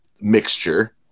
mixture